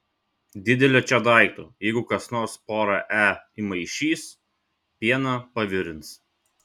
didelio čia daikto jeigu kas nors porą e įmaišys pieną pavirins